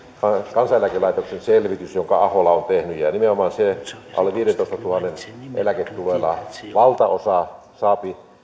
kansaneläkelaitoksen selvitys jonka ahola on tehnyt ja nimenomaan se alle viidentoistatuhannen eläketuloilla toimeentuleva valtaosa saapi